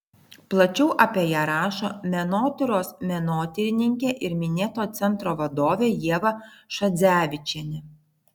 plačiau apie ją rašo menotyros menotyrininkė ir minėto centro vadovė ieva šadzevičienė